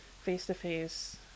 face-to-face